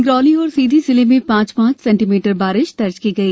सिंगरौली और सीधी जिले में पांच पांच सेंटीमीटर बारिश दर्ज की गई